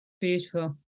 Beautiful